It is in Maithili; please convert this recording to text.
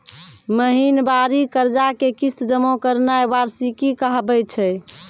महिनबारी कर्जा के किस्त जमा करनाय वार्षिकी कहाबै छै